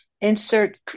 insert